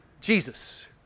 Jesus